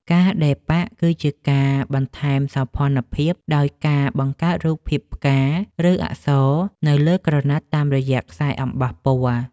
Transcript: ការដេរប៉ាក់ គឺជាការបន្ថែមសោភ័ណភាពដោយការបង្កើតរូបភាព ផ្កា ឬអក្សរនៅលើក្រណាត់តាមរយៈខ្សែអំបោះពណ៌។